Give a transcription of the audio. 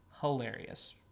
hilarious